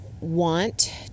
want